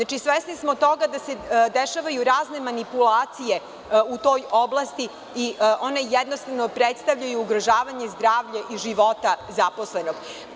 Znači, svesni smo toga da se dešavaju razne manipulacije u toj oblasti i one jednostavno predstavljaju ugrožavanje zdravlja i života zaposlenog.